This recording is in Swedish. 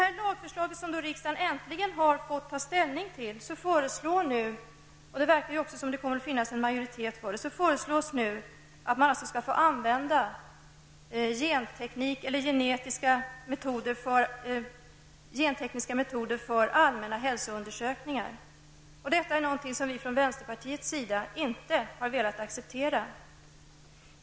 I det lagförslag som riksdagen nu äntligen har fått ta ställning till föreslås -- det verkar också som om det kommer att finnas en majoritet för det -- att man skall få använda gentekniska metoder vid allmänna hälsoundersökningar. Detta är något som vi från vänsterpartiets sida inte har velat acceptera.